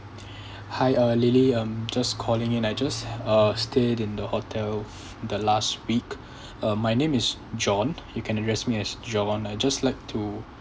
hi uh lily um just calling in I just uh stayed in the hotel the last week uh my name is john you can address me as john I just like to